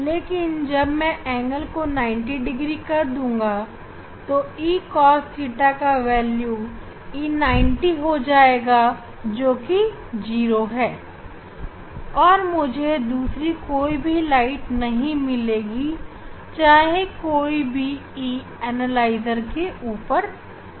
लेकिन जब मैं कोण को 90 डिग्री कर दूँगा तो E cos theta का मान E cos 90 हो जाएगा जोकि 0 है और मुझे दूसरी और कोई भी प्रकाश नहीं मिलेगी चाहे कोई भी E एनालाइजर के ऊपर पड़े